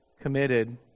committed